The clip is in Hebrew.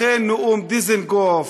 לכן נאום דיזנגוף,